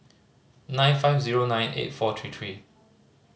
nine five zero nine eight four three three